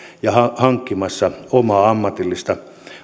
ja hankkimassa omaa ammatillista